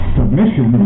submission